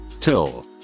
till